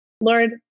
Lord